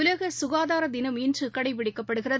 உலகசுகாதாரதினம் இன்றுகடைபிடிக்கப்படுகிறது